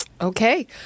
okay